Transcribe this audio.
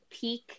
peak